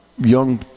young